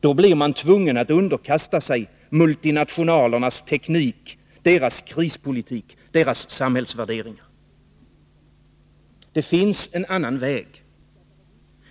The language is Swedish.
Då blir man tvungen att underkasta sig ”multinationalernas” teknik, deras krispolitik, deras samhällsvärderingar. Det finns en annan väg.